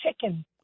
chicken